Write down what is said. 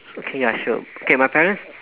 okay ya sure okay my parents